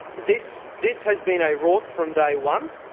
this this has been a rort from day one.